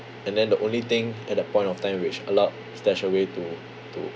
and then the only thing at that point of time which allowed S to to